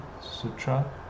sutra